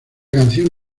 canción